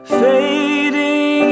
fading